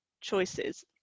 choices